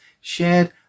shared